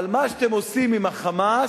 אבל מה שאתם עושים עם ה"חמאס",